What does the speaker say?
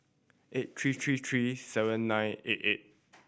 eight three three three seven nine eight eight